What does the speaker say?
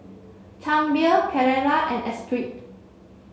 Chang Beer Carrera and Espirit